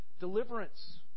deliverance